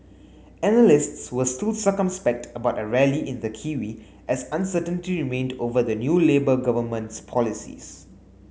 analysts were still circumspect about a rally in the kiwi as uncertainty remained over the new Labour government's policies